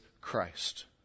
Christ